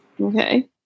okay